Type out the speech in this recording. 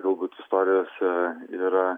galbūt istorijose yra